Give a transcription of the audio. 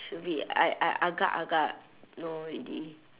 should be I I agar agar know already